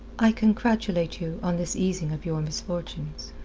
i congratulate you on this easing of your misfortunes.